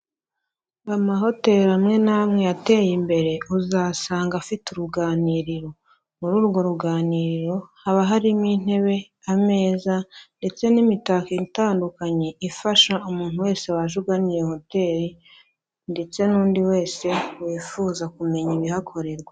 Amahoteli amwe n'amwe yateye imbere, uzasanga afite uruganiriro. Muri urwo ruganiriro, haba harimo intebe, ameza ndetse n'imitako itandukanye, ifasha umuntu wese waje ugana iyo hoteli ndetse n'undi wese wifuza kumenya ibihakorerwa.